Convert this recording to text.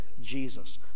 Jesus